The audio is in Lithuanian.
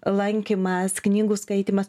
lankymas knygų skaitymas